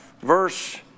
verse